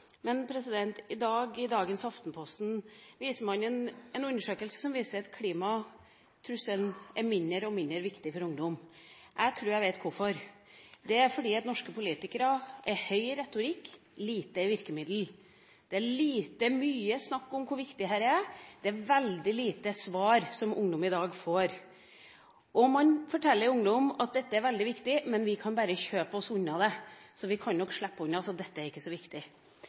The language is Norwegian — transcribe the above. I dagens Aftenposten viser man til en undersøkelse hvor det sies at klimatrusselen er mindre og mindre viktig for ungdom. Jeg tror jeg vet hvorfor. Det er fordi norske politikere er høy i retorikk, men små i virkemidler. Det er mye snakk om hvor viktig dette er, men ungdom i dag får veldig få svar. Vi forteller ungdom at dette er veldig viktig, men at vi bare kan kjøpe oss unna det – vi kan nok slippe unna, så det er ikke så viktig.